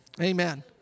Amen